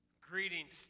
Greetings